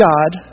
God